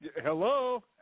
Hello